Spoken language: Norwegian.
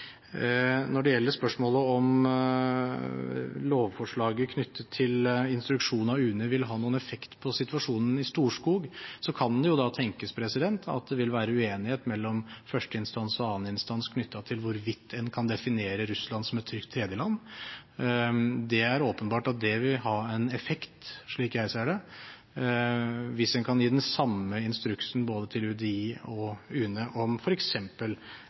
Når det gjelder spørsmålet om lovforslaget knyttet til instruksjon av UNE vil ha noen effekt på situasjonen i Storskog, kan det jo tenkes at det vil være uenighet mellom førsteinstans og anneninstans knyttet til hvorvidt en kan definere Russland som et trygt tredjeland. Det er åpenbart at det vil ha en effekt slik jeg ser det, hvis en kan gi den samme instruksen både til UDI og UNE om